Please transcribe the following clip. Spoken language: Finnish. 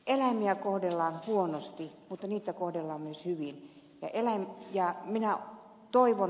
eläimiä kohdellaan huonosti mutta niitä kohdellaan myös hyvin ja elää ja minä toivon